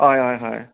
हय हय हय